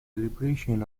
liberation